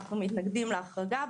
אנחנו מתנגדים להחרגה.